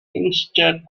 instead